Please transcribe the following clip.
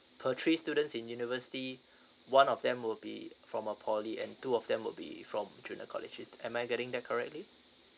per three students in university one of them will be from a poly and two of them will be from junior colleges am I getting that correctly